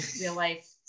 real-life